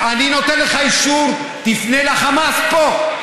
אני נותן לך אישור, תפנה לחמאס פה.